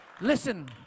listen